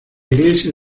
iglesia